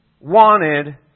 wanted